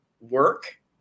work